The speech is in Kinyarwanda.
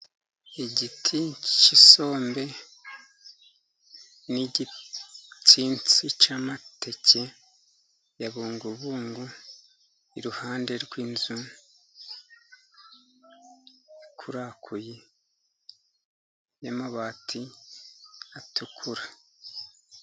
Igiti cy'isombe n'igitsinzi cy'amateke ya bungubungu, iruhande rw'inzu ikurakuye y'amabati atukura.